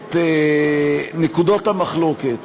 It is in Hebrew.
את נקודות המחלוקת,